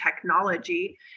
technology